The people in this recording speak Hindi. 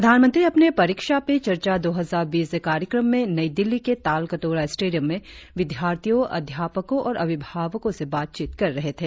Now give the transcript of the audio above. प्रधानमंत्री अपने परीक्षा पे चर्चा दो हजार बीस कार्यक्रम में नई दिल्ली के तालकटोरा स्टेडियम में विद्यार्थियों अध्यापकों और अभिभावकों से बातचीत कर रहे थे